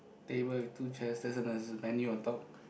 they will have two chairs many on top